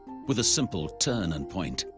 with a simple turn and point,